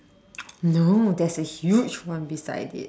no there's a huge one beside it